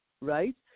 right